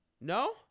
No